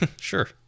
Sure